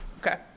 Okay